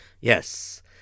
Yes